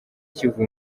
kivu